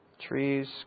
Trees